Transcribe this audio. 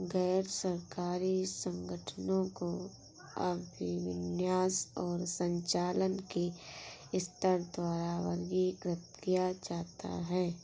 गैर सरकारी संगठनों को अभिविन्यास और संचालन के स्तर द्वारा वर्गीकृत किया जाता है